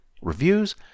reviews